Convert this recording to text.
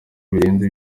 birenze